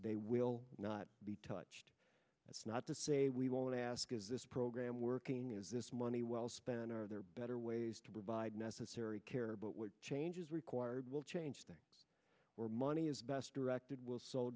they will not be touched it's not to say we won't ask is this program working is this money well spent or are there better ways to provide necessary care but what changes required will change that more money is best directed will so